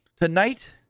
tonight